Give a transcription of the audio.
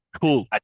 Cool